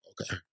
Okay